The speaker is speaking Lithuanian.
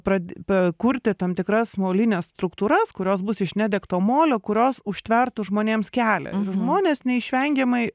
prad pa kurti tam tikras molines struktūras kurios bus iš nedegto molio kurios užtvertų žmonėms kelią žmonės neišvengiamai